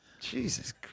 Jesus